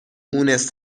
مونس